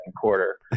quarter